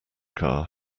car